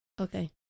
okay